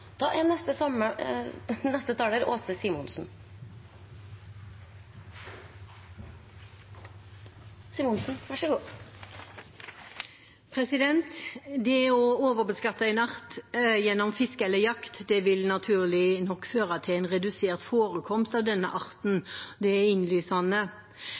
Det å overbeskatte en art gjennom fiske eller jakt vil naturlig nok føre til en redusert forekomst av denne arten. Det er innlysende.